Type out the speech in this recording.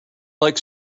like